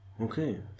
Okay